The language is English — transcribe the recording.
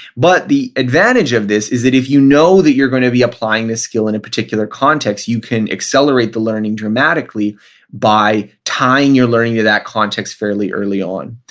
but the advantage of this is that if you know that you're going to be applying this skill in a particular context, you can accelerate the learning dramatically by tying your learning to that context fairly early on.